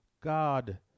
God